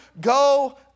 go